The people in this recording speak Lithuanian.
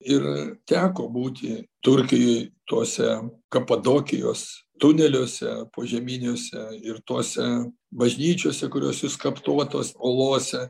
ir teko būti turkijoj tuose kapadokijos tuneliuose požeminiuose ir tuose bažnyčiose kurios išskaptuotos olose